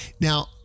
Now-